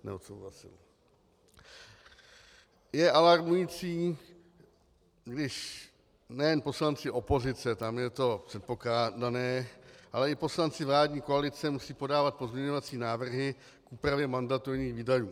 Je alarmující, když nejen poslanci opozice, tam je to předpokládané, ale i poslanci vládní koalice musí podávat pozměňovací návrhy k úpravě mandatorních výdajů.